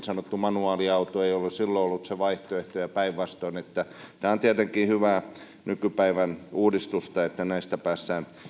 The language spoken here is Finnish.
sanottu manuaaliauto ei ole silloin ollut se vaihtoehto ja päinvastoin tämä on tietenkin hyvää nykypäivän uudistusta että näissä päästään